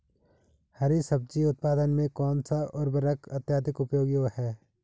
हरी सब्जी उत्पादन में कौन सा उर्वरक अत्यधिक उपयोगी है?